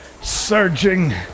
surging